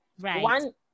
One